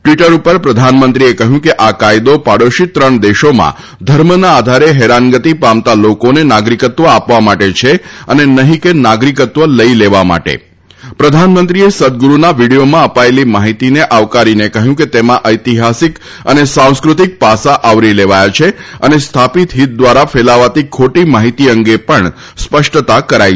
Twitter પર પ્રધાનમંત્રીએ કહ્યું કે આ કાયદો પડોશી ત્રણ દેશમાં ધર્મના આધારે હેરાનગતિ પામતા લોકોને નાગરિકત્વ આપવા માટે છે અને નહીં કે નાગરિકત્વ લઇ લેવા માટે પ્રધાનમંત્રીએ સદગુરુના વીડીયોમાં અપાયેલી માહિતીને આવકારીને કહ્યું કે તેમાં ઐતિહાસિક અને સાંસ્કૃતિક પાસાં આવરી લેવાયાં છે અને સ્થાપિત હીત દ્વારા ફેલાવાતી ખોટી માહિતી અંગે પણ સ્પષ્ટતા કરાઇ